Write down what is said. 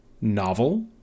novel